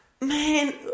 man